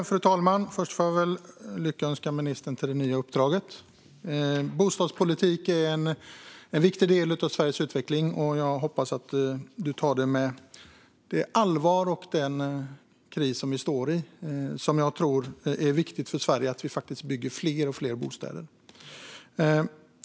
Fru talman! Först får jag lyckönska ministern till det nya uppdraget. Bostadspolitik är en viktig del av Sveriges utveckling, och jag hoppas att du tar dig an detta med allvar med tanke på den kris vi befinner oss i. Jag tror att det är viktigt för Sverige att vi bygger fler och fler bostäder.